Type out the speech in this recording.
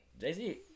Jay-Z